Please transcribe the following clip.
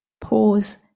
pause